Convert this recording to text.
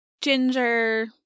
ginger